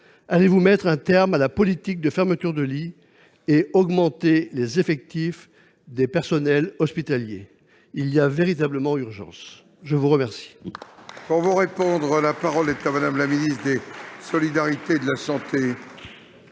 Allez-vous mettre un terme à la politique de fermeture de lits et augmenter les effectifs des personnels hospitaliers ? Il y a véritablement urgence ! La parole